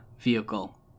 vehicle